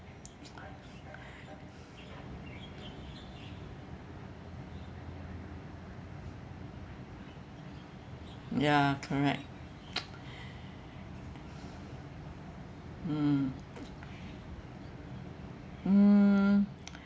ya correct mm mm